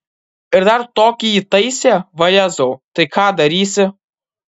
ir dar tokį įtaisė vajezau tai ką darysi